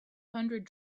hundred